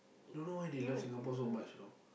don't know why they love Singapore so much you know